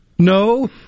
No